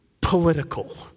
political